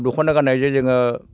दख'ना गान्नायजों जोङो